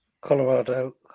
colorado